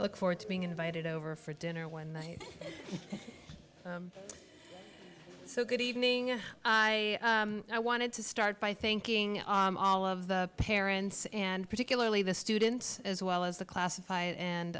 look forward to being invited over for dinner one night so good evening i wanted to start by thinking all of the parents and particularly the students as well as the classified and